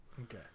Okay